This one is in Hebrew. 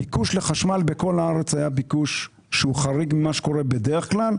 הביקוש לחשמל בכל הארץ היה ביקוש חריג ממה שקורה בדרך כלל,